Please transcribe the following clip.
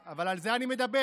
אבל על זה אני מדבר,